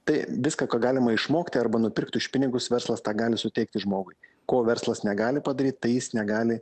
tai viską ko galima išmokti arba nupirkti už pinigus verslas tą gali suteikti žmogui ko verslas negali padaryt tai jis negali